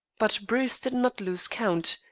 but bruce did not lose count.